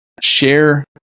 share